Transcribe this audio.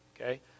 okay